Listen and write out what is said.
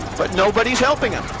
but nobody's helping him.